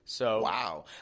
Wow